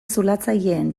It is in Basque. zulatzaileen